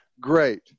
Great